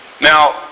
Now